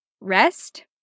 rest